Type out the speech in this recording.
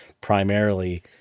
primarily